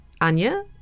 Anya